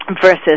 versus